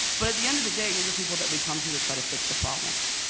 but at the end of the day you're the people that we come to to try to fix the problems.